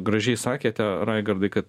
gražiai sakėte raigardai kad